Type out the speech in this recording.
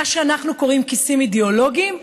מה שאנחנו קוראים כיסים אידיאולוגיים,